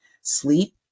Sleep